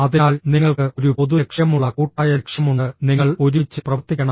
അതിനാൽ നിങ്ങൾക്ക് ഒരു പൊതു ലക്ഷ്യമുള്ള കൂട്ടായ ലക്ഷ്യമുണ്ട് നിങ്ങൾ ഒരുമിച്ച് പ്രവർത്തിക്കണം